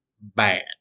Bad